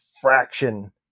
fraction